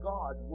God